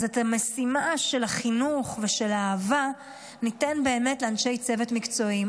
אז את המשימה של החינוך ושל האהבה ניתן לאנשי צוות מקצועיים,